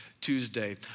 Tuesday